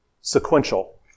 sequential